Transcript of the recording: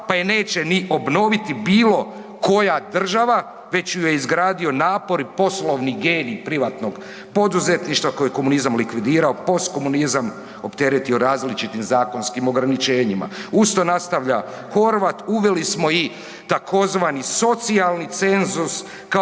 pa je neće ni obnoviti bilo koja država već ju je izgradio napor i poslovni genij privatnog poduzetništva koji je komunizam likvidirao, postkomunizam opteretio različitim zakonskim ograničenjima. Uz to nastavlja Horvat, uveli smo i tzv. socijalni cenzus